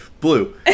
Blue